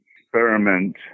experiment